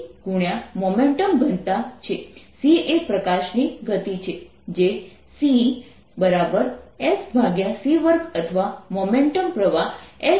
momentum ઘનતા છે c એ પ્રકાશની ગતિ છે જે c Sc2 અથવા મોમેન્ટમ પ્રવાહ Scછે